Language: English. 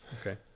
Okay